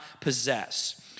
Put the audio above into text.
possess